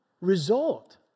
result